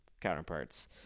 counterparts